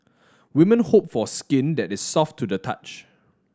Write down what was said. women hope for skin that is soft to the touch